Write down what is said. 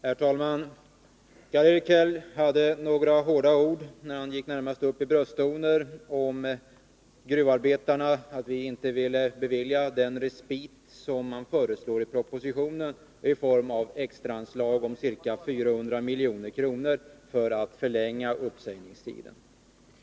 Herr talman! Karl-Erik Häll använde några hårda ord och tog närmast till brösttoner i fråga om gruvarbetarna, med anledning av att vi inte vill bevilja den respit som föreslås i propositionen, i form av extra anslag om ca 400 milj.kr. för att förlänga uppsägningstiden.